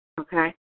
okay